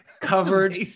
covered